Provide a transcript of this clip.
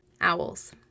owls